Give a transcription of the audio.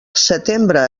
setembre